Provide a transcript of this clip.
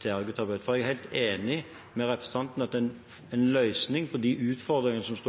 til ergoterapeuter. Jeg er helt enig med representanten i at en løsning på de utfordringene som vi